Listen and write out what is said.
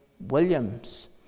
Williams